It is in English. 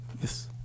Yes